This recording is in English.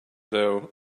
though